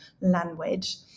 language